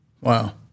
Wow